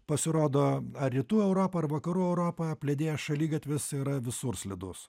pasirodo ar rytų europa ar vakarų europa apledėjęs šaligatvis yra visur slidus